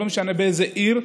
לא משנה באיזו עיר,